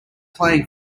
playing